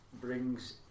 brings